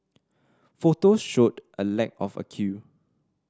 photos showed a lack of a queue